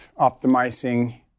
optimizing